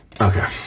Okay